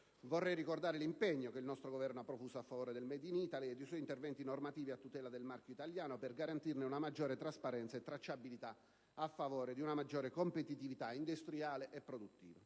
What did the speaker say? vorrei ricordare l'impegno che il nostro Governo ha profuso a favore del *made in Italy* e gli interventi normativi a tutela del marchio italiano, per garantirne una maggiore trasparenza e tracciabilità a favore di una maggiore competitività industriale e produttiva.